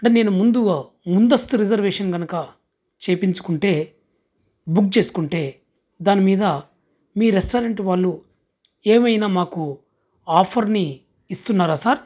అంటే నేను ముందుగా ముందస్తు రిజర్వేషన్ కనుక చేపించుకుంటే బుగ్ చేసుకుంటే దానిమీద మీ రెస్టారెంట్ వాళ్ళు ఏమైనా మాకు ఆఫర్ని ఇస్తున్నారా సార్